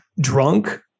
drunk